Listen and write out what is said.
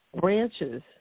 branches